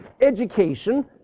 education